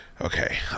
okay